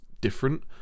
different